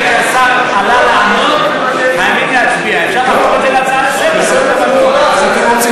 בסדר גמור, אז אם אתם לא רוצים, תצביעו.